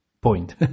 Point